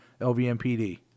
LVMPD